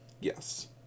Yes